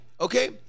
Okay